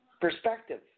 Perspective